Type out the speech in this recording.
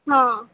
હં